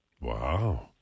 Wow